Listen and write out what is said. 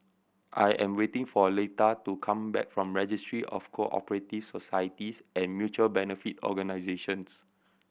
I am waiting for Leitha to come back from Registry of Co Operative Societies and Mutual Benefit Organisations